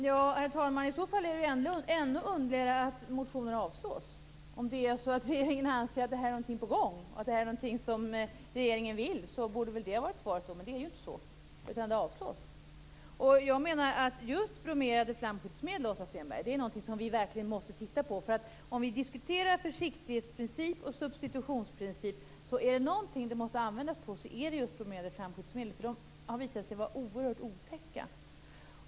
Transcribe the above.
Herr talman! I så fall är det ju ändå underligare att motionen avslås. Om regeringen anser att någonting är på gång och att det är något som regeringen vill borde det ha varit svaret. Men så är det ju inte. Jag menar att just bromerade flamskyddsmedel, Åsa Stenberg, är något som vi verkligen måste titta på. Vi diskuterar försiktighetsprincip och substitutionsprincip. Är det något de måste användas på så är det bromerade flamskyddsmedel, för de har visat sig vara oerhört otäcka.